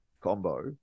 combo